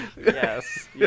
Yes